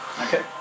Okay